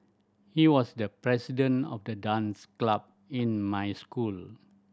he was the president of the dance club in my school